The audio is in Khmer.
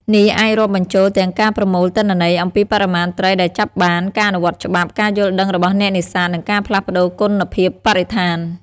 នេះអាចរាប់បញ្ចូលទាំងការប្រមូលទិន្នន័យអំពីបរិមាណត្រីដែលចាប់បាន ការអនុវត្តច្បាប់ ការយល់ដឹងរបស់អ្នកនេសាទ និងការផ្លាស់ប្តូរគុណភាពបរិស្ថាន។